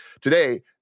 Today